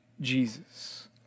Jesus